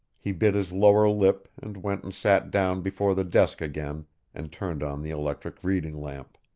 he bit his lower lip and went and sat down before the desk again and turned on the electric reading-lamp.